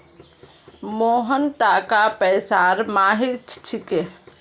मोहन टाका पैसार माहिर छिके